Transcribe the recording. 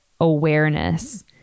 awareness